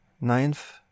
Ninth